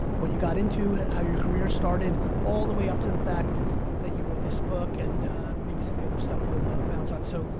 what you got into, how your career started, all the way up to the fact that you wrote this book, and maybe some of the other stuff we'll bounce on. so,